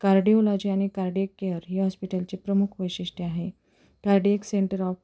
cardiology आणि cardiac care हे हॉस्पिटलचे प्रमुख वैशिष्ट्य आहे कार्डियक सेंटर ऑफ